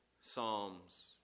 psalms